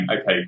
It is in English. okay